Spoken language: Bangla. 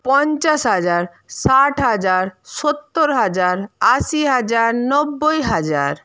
পঞ্চাশ হাজার ষাট হাজার সত্তর হাজার আশি হাজার নব্বই হাজার